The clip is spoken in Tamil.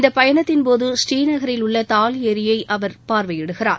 இந்த பயணத்தின்போது ஸ்ரீநகரில் உள்ள தால் ஏரியை அவர் பார்வையிடுகிறார்